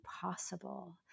possible